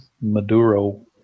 Maduro